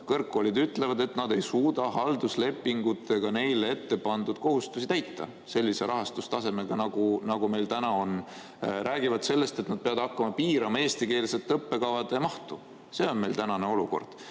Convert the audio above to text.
kõrgkoolid ütlevad, et nad ei suuda halduslepingutega neile ette pandud kohustusi täita sellise rahastustasemega, nagu meil on. Nad räägivad sellest, et nad peavad hakkama piirama eestikeelsete õppekavade mahtu. See on meil tänane olukord.